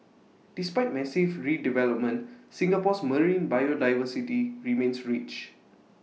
despite massive redevelopment Singapore's marine biodiversity remains rich